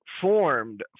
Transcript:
formed